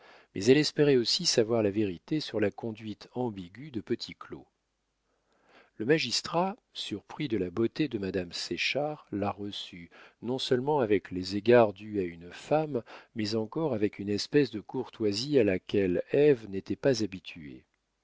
mais elle espérait aussi savoir la vérité sur la conduite ambiguë de petit claud le magistrat surpris de la beauté de madame séchard la reçut non-seulement avec les égards dus à une femme mais encore avec une espèce de courtoisie à laquelle ève n'était pas habituée